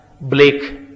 Blake